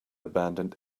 abandoned